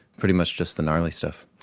pretty much just the gnarly stuff.